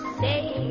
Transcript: say